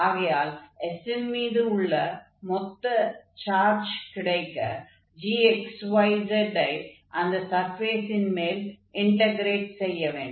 ஆகையால் S ன் மீது உள்ள மொத்த சார்ஜ் கிடைக்க gx y z ஐ அந்த சர்ஃபேஸின் மேல் இன்டக்ரேட் செய்ய வேண்டும்